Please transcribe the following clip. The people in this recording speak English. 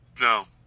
No